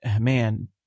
man